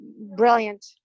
brilliant